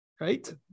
right